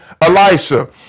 Elisha